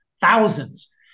Thousands